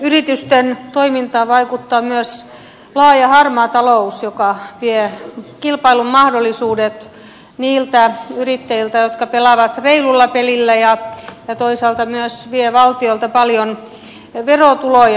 yritysten toimintaan vaikuttaa myös laaja harmaa talous joka vie kilpailun mahdollisuudet niiltä yrittäjiltä jotka pelaavat reilulla pelillä ja toisaalta myös vie valtiolta paljon verotuloja